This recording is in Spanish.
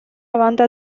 banda